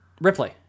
Ripley